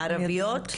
ערביות?